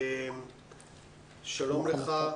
שלום לך.